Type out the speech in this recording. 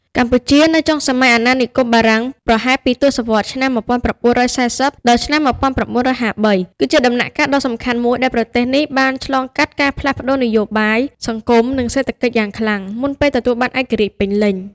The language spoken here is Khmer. កម្ពុជានៅចុងសម័យអាណានិគមបារាំង ប្រហែលពីទសវត្សរ៍ឆ្នាំ១៩៤០ ដល់ឆ្នាំ១៩៥៣ គឺជាដំណាក់កាលដ៏សំខាន់មួយដែលប្រទេសនេះបានឆ្លងកាត់ការផ្លាស់ប្តូរនយោបាយ សង្គម និងសេដ្ឋកិច្ចយ៉ាងខ្លាំង មុនពេលទទួលបានឯករាជ្យពេញលេញ។